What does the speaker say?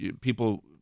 people